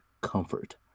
comfort